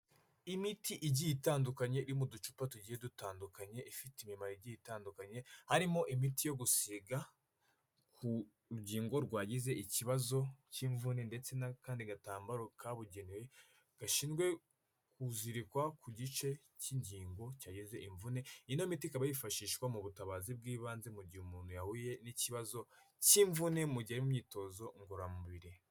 Imiti igiye itandukanye iririmo ducupa tugiye dutandukanye ifite imimaro igiye itandukanye harimo imiti yo gusiga ku rugingo rwagize ikibazo cy'imvune ndetse n'akandi gatambaro kabugenewe gashinzwe kuzirikwa ku gice cy'ingingo cyagize imvune ino miti ikaba yifashishwa mu butabazi bw'ibanze mu gihe umuntu yahuye n'ikibazo cy'imvune mu gihe imyitozo ngororamubiri.